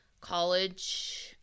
college